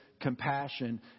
compassion